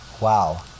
Wow